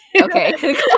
Okay